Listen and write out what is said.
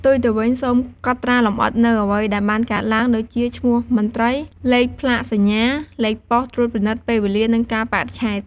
ផ្ទុយទៅវិញ សូមកត់ត្រាលម្អិតនូវអ្វីដែលបានកើតឡើង ដូចជាឈ្មោះមន្ត្រី លេខផ្លាកសញ្ញា លេខប៉ុស្តិ៍ត្រួតពិនិត្យ ពេលវេលា និងកាលបរិច្ឆេទ។